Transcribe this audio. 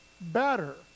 better